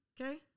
Okay